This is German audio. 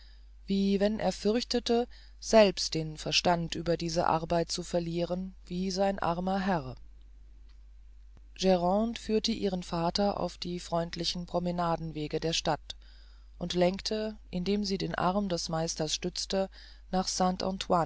wie wenn er fürchtete selbst den verstand über dieser arbeit zu verlieren wie sein armer herr grande führte ihren vater auf die freundlichen promenadenwege der stadt und lenkte indem sie den arm des meisters stützte nach